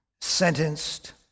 sentenced